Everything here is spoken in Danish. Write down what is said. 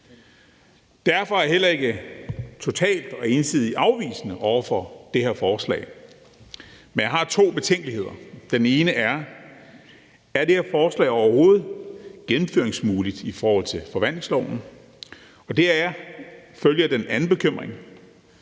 Derfor er jeg heller ikke totalt og ensidigt afvisende over for det her forslag. Men jeg har to betænkeligheder. Den ene er: Er det her forslag overhovedet muligt at gennemføre i forhold til forvaltningsloven? Deraf følger den anden bekymring: